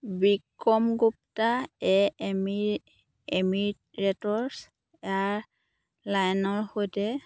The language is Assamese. বিক্ৰম গুপ্তা এ এমি এমিৰেটছ এয়াৰলাইনৰ সৈতে